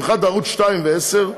במיוחד ערוצים 2 ו-10,